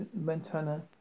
Montana